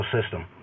system